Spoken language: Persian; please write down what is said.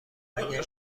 اگر